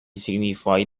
signifoj